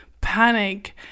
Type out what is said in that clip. panic